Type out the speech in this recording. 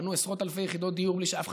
בנו עשרות אלפי יחידות דיור בלי שאף אחד